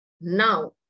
Now